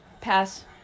Pass